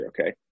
okay